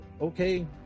okay